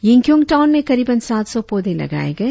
Yingkiong town में करीबन सात सौ पौधे लगाए गए